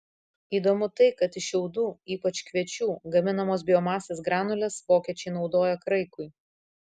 įdomu tai kad iš šiaudų ypač kviečių gaminamas biomasės granules vokiečiai naudoja kraikui